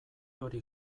hori